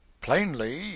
Plainly